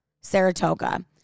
Saratoga